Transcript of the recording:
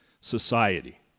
society